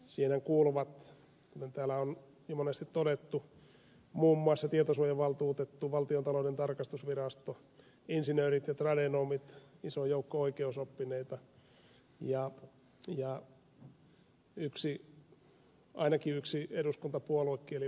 siihen kuuluvat kuten täällä on niin monesti todettu muun muassa tietosuojavaltuutettu valtiontalouden tarkastusvirasto insinöörit ja tradenomit iso joukko oikeusoppineita ja ainakin yksi eduskuntapuoluekin eli vasemmistoliitto